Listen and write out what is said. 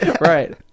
Right